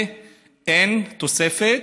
ב-2019 אין תוספת,